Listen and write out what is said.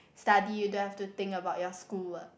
study you don't have to think about your school work